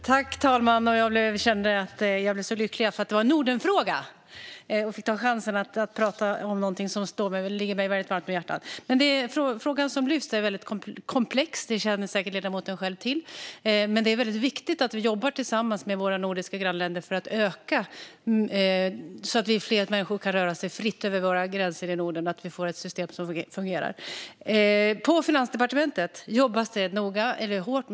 Herr talman! Jag blev så lycklig över att det var en Nordenfråga och ville ta chansen att prata om någonting som ligger mig väldigt varmt om hjärtat. Denna fråga är väldigt komplex, vilket ledamoten själv säkert känner till. Det är väldigt viktigt att vi jobbar tillsammans med våra nordiska grannländer så att människor kan röra sig fritt över gränserna i Norden och så att Norden får ett system som fungerar. På Finansdepartementet jobbas det hårt.